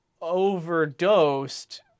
overdosed